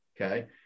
okay